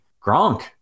Gronk